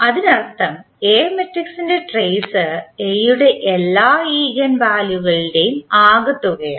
അതിനർത്ഥം എ മാട്രിക്സിൻറെ trace A യുടെ എല്ലാ ഈഗൻ വാല്യുകളുടെയും ആകെത്തുകയാണ്